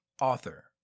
author